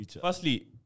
firstly